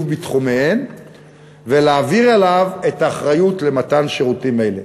בתחומיהן ולהעביר אליו את האחריות למתן שירותים אלה.